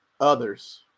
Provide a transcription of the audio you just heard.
others